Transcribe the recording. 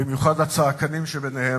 במיוחד הצעקנים שביניהם,